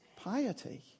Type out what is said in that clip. piety